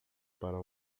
para